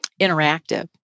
interactive